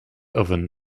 oven